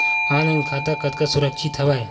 Online खाता कतका सुरक्षित हवय?